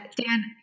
Dan